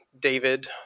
David